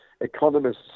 economists